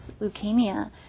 leukemia